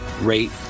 rate